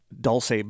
Dulce